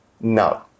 No